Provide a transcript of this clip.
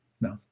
No